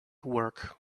work